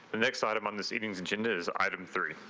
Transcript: the next item on this evening's engine is item. three